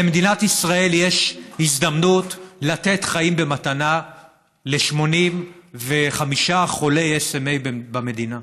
למדינת ישראל יש הזדמנות לתת חיים במתנה ל-85 חולי SMA במדינה,